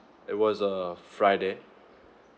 it was a friday